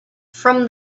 from